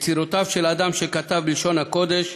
יצירותיו של אדם שכתב בלשון הקודש"